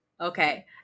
Okay